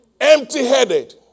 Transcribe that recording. empty-headed